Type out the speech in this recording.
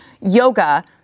yoga